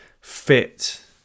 fit